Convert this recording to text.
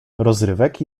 rozrywek